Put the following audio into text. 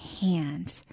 hand